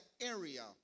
area